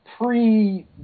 pre